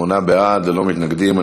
שמונה בעד, ללא מתנגדים.